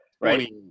right